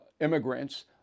immigrants